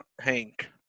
Hank